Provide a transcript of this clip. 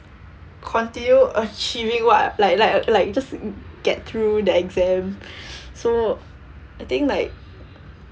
continue achieving what like like like just get through that exam so I think like